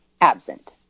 absent